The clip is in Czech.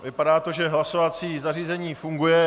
Vypadá to, že hlasovací zařízení funguje.